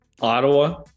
Ottawa